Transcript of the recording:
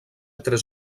tres